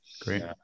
Great